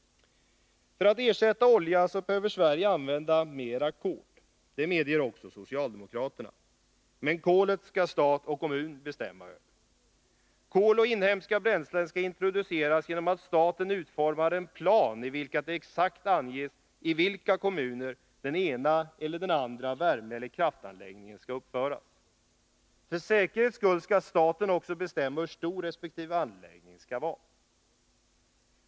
För att ersätta olja behöver Sverige använda mer kol. Det medger också socialdemokraterna. Men kolet skall stat och kommun bestämma över. Kol och inhemska bränslen skall introduceras genom att staten utformar en plan i vilken det exakt anges i vilka kommuner den ena eller den andra värmeeller kraftanläggningen skall uppföras. För säkerhets skull skall staten också bestämma hur stor resp. anläggning skall vara.